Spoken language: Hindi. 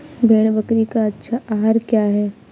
भेड़ बकरी का अच्छा आहार क्या है?